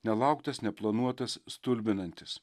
nelauktas neplanuotas stulbinantis